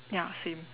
ya same